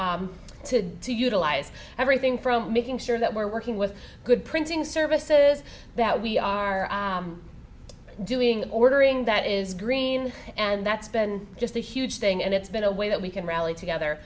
to do utilize everything from making sure that we're working with good printing services that we are doing ordering that is green and that's been just a huge thing and it's been a way that we can rally together